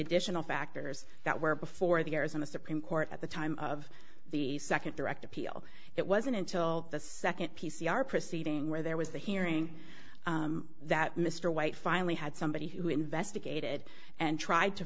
additional factors that were before the arizona supreme court at the time of the second direct appeal it wasn't until the second p c r proceeding where there was the hearing that mr white finally had somebody who investigated and tried to